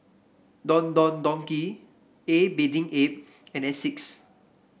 Don Don Donki A Bathing Ape and Asics